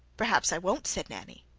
perhaps i won't, said nanny.